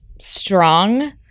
strong